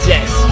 Yes